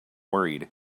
worried